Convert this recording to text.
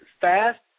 fast